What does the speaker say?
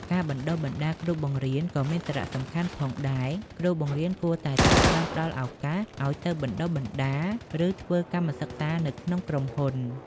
ការបណ្តុះបណ្តាលគ្រូបង្រៀន ក៏មានសារៈសំខាន់ផងដែរ គ្រូបង្រៀនគួរតែត្រូវបានផ្តល់ឱកាសឱ្យទៅបណ្តុះបណ្តាល ឬធ្វើកម្មសិក្សានៅក្នុងក្រុមហ៊ុន